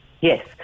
Yes